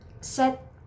set